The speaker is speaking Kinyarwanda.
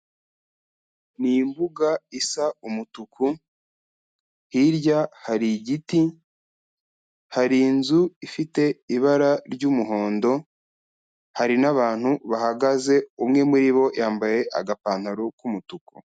Ni imbuga isa umutuku, hirya hari igiti, hari inzu ifite ibara ry'umuhondo hari n'abantu bahagaze umwe muri bo yambaye agapantaro k'umutuku.